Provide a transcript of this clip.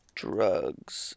drugs